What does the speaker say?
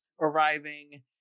arriving